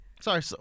sorry